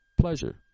pleasure